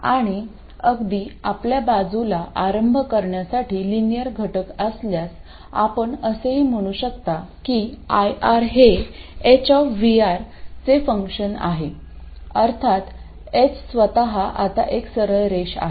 आणि अगदी आपल्या बाजूला आरंभ करण्यासाठी लिनियर घटक असल्यास आपण असेही म्हणू शकता की IR हे h चे फंक्शन आहे अर्थात h स्वतः आता एक सरळ रेष आहे